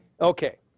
okay